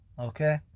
okay